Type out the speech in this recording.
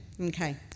okay